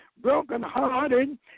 brokenhearted